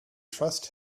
trust